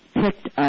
picked